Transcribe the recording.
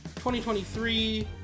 2023